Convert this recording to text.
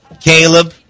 Caleb